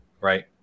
right